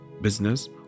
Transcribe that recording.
business